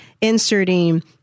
inserting